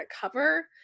cover